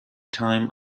time